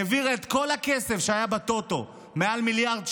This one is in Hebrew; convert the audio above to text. העבירה את כל הכסף שהיה בטוטו, מעל מיליארד שקלים,